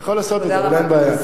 אתה יכול לעשות את זה, אבל אין בעיה.